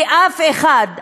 כי אף אחד,